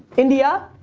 india.